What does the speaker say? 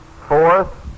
fourth